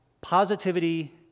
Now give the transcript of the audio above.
positivity